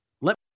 Let